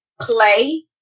Play